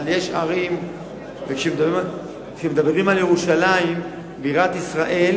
אבל יש ערים, כשמדברים על ירושלים בירת ישראל,